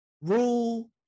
rule